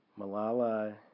Malala